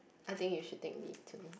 I think you should take me too